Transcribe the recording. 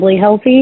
healthy